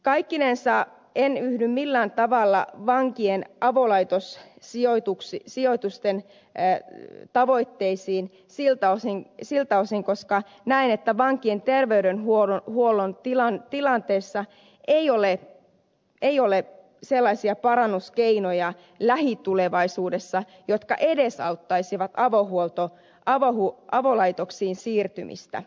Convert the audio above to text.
kaikkinensa en yhdy millään tavalla vankien avolaitossijoitusten tavoitteisiin koska näen että vankien terveydenhuollon tilanteessa ei ole sellaisia parannuskeinoja lähitulevaisuudessa jotka edesauttaisivat avolaitoksiin siirtymistä